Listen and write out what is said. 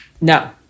No